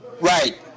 Right